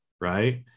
right